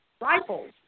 rifles